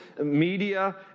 media